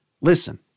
Listen